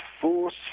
force